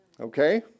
Okay